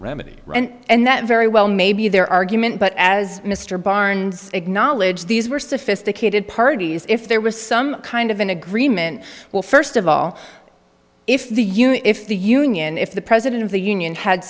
remedy and that very well may be their argument but as mr barnes acknowledge these were sophisticated parties if there was some kind of an agreement well first of all if the union if the union if the president of the union had